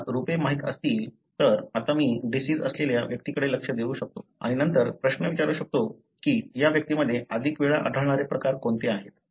जर मला रूपे माहित असतील तर आता मी डिसिज असलेल्या व्यक्तीकडे लक्ष देऊ शकतो आणि नंतर प्रश्न विचारू शकतो की या व्यक्तींमध्ये अधिक वेळा आढळणारे प्रकार कोणते आहेत